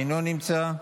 אינו נמצא,